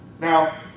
Now